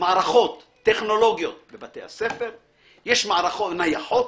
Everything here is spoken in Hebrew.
מערכות טכנולוגיות בבתי הספר, נייחות.